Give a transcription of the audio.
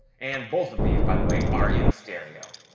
and both of these by the way, are in stereo.